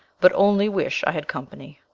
but only wish i had company.